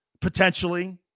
potentially